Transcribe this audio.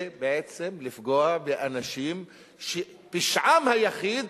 זה בעצם לפגוע באנשים שפשעם היחיד